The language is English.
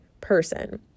person